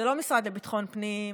זה לא המשרד לביטחון הפנים,